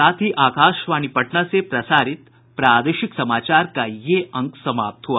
इसके साथ ही आकाशवाणी पटना से प्रसारित प्रादेशिक समाचार का ये अंक समाप्त हुआ